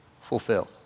fulfilled